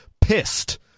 pissed